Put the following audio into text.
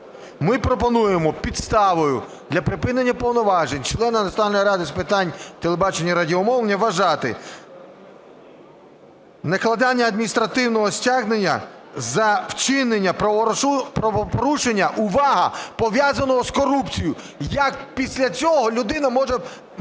Ми пропонуємо підставою для припинення повноважень члена Національної ради з питань телебачення і радіомовлення вважати: накладання адміністративного стягнення за вчинення правопорушення (увага!), пов'язаного з корупцією. Як після цього людина може